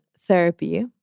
therapy